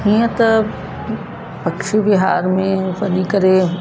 हीअं त पक्षीविहार में वञी करे